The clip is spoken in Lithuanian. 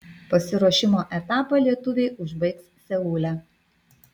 pasiruošimo etapą lietuviai užbaigs seule